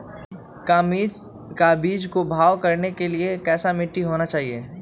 का बीज को भाव करने के लिए कैसा मिट्टी होना चाहिए?